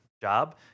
job